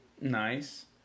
Nice